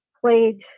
played